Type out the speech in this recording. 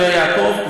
נווה יעקב,